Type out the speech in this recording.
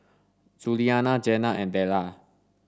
Juliana Jenna and Della